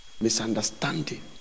misunderstanding